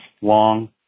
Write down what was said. long